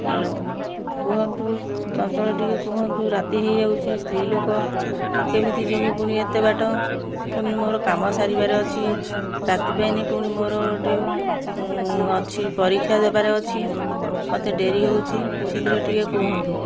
hello କୁହନ୍ତୁ ଚଞ୍ଚଳ ଟିକେ କୁହନ୍ତୁ ରାତି ହେଇଯାଉଛି ସ୍ତ୍ରୀ ଲୋକ କେମିତି ଜିମି ପୁଣି ଏତେ ବାଟ ପୁଣି ମୋର କାମ ସାରିବାରେ ଅଛି ରାତି ପାହିନେ ପୁଣି ମୋର ଗୋଟେ ଅଛି ପରୀକ୍ଷା ଦେବାର ଅଛି ମୋତେ ଡେରି ହଉଛି ଶୀଘ୍ର ଟିକେ କୁହନ୍ତୁ